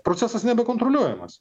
procesas nebekontroliuojamas